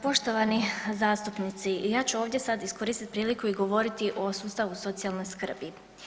Poštovani zastupnici ja ću ovdje sad iskoristit priliku i govoriti o socijalne skrbi.